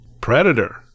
Predator